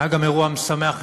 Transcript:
היה גם אירוע משמח אחד,